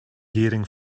hearing